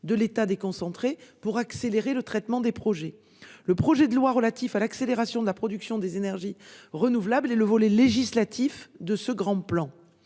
de l'État pour accélérer le traitement des projets. Le projet de loi relatif à l'accélération de la production d'énergies renouvelables constitue le volet législatif de ce grand plan.